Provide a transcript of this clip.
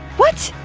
what!